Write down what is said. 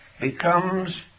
becomes